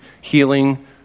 healing